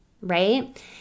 Right